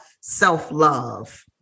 self-love